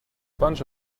bunch